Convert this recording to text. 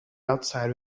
outside